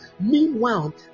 Meanwhile